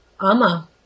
AMA